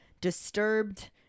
Disturbed